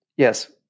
Yes